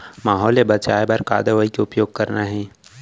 माहो ले बचाओ बर का दवई के उपयोग करना हे?